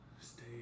Stay